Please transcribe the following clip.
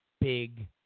big